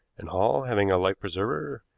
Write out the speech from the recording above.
and hall, having a life-preserver,